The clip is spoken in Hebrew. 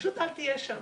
פשוט אל תהיה שם.